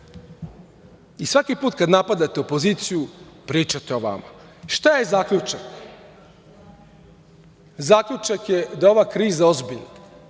Svaki put kada napadate opoziciju pričate o vama. Šta je zaključak? Zaključak je da je ova kriza ozbiljna.